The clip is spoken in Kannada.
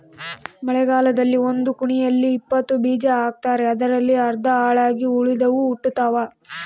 ಮಳೆಗಾಲದಲ್ಲಿ ಒಂದು ಕುಣಿಯಲ್ಲಿ ಇಪ್ಪತ್ತು ಬೀಜ ಹಾಕ್ತಾರೆ ಅದರಲ್ಲಿ ಅರ್ಧ ಹಾಳಾಗಿ ಉಳಿದವು ಹುಟ್ಟುತಾವ